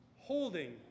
holding